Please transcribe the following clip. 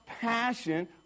passion